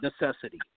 necessity